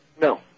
No